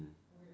mm